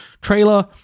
trailer